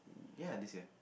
ya this year